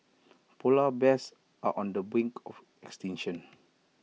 Polar Bears are on the brink of extinction